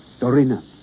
Dorina